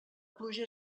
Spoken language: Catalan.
pluja